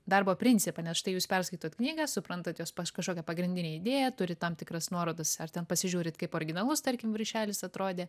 darbo principą nes štai jūs perskaitot knygą suprantat jos kažkokią pagrindinę idėją turit tam tikras nuorodas ar ten pasižiūrit kaip originalus tarkim viršelis atrodė